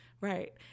Right